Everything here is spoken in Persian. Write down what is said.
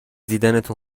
دیدنتون